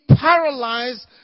paralyzed